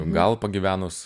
gal pagyvenus